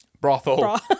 brothel